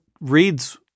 reads